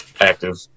active